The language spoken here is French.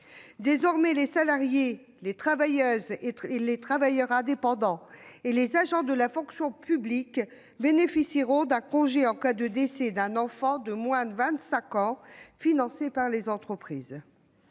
Désormais, les salariés, les travailleuses et les travailleurs indépendants et les agents de la fonction publique bénéficieront d'un congé en cas de décès d'un enfant de moins de 25 ans, financé par les entreprises.